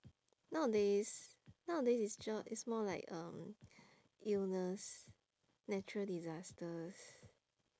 nowadays nowadays is ju~ is more like um illness natural disasters